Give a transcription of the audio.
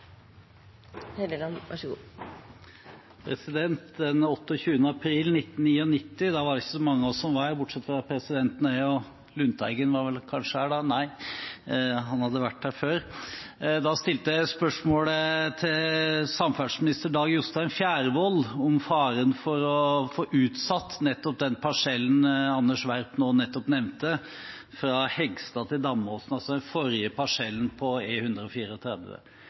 Den 28. april 1999 var det ikke så mange av oss her som var på Stortinget – bortsett fra presidenten og jeg. Lundteigen var vel kanskje også her, nei, han hadde vært her tidligere. Da stilte jeg spørsmål til samferdselsminister Dag Jostein Fjærvoll om faren for å få utsatt nettopp den parsellen Anders B. Werp nå nettopp nevnte, fra Hegstad til Damåsen, altså den forrige parsellen på